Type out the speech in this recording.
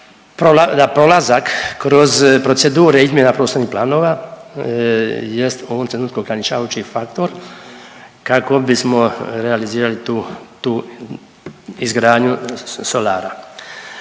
prolazak kroz procedure izmjena prostornih planova jest u ovom trenutku ograničavajući faktor kako bismo realizirali tu izgradnju solara.